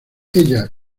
ella